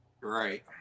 right